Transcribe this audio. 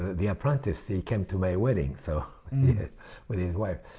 the apprentice. he came to my wedding so with his wife.